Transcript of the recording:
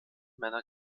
männer